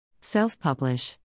Self-publish